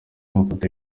mafoto